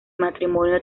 matrimonio